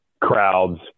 crowds